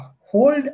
hold